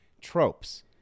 tropes